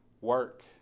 Work